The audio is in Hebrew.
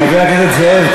חבר הכנסת זאב,